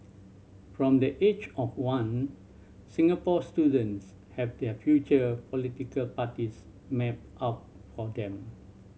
from the age of one Singapore students have their future political parties mapped out for them